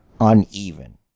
uneven